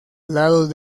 lados